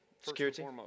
security